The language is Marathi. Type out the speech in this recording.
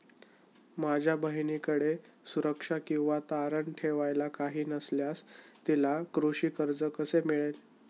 माझ्या बहिणीकडे सुरक्षा किंवा तारण ठेवायला काही नसल्यास तिला कृषी कर्ज कसे मिळेल?